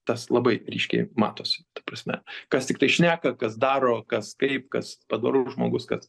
tas labai ryškiai matosi ta prasme kas tiktai šneka kas daro kas kaip kas padorus žmogus kas